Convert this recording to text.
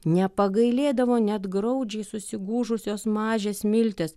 nepagailėdavo net graudžiai susigūžusios mažės smiltės